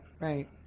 Right